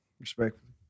Respectfully